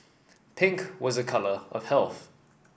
pink was a colour of health